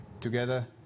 together